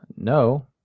no